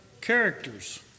characters